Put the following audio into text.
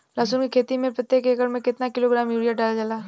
लहसुन के खेती में प्रतेक एकड़ में केतना किलोग्राम यूरिया डालल जाला?